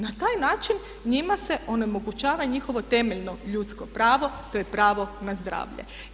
Na taj način njima se onemogućava i njihovo temeljno ljudsko pravo, to je pravo na zdravlje.